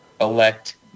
Elect